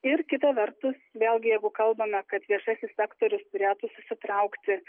ir kita vertus vėlgi jeigu kalbame kad viešasis sektorius turėtų susitraukti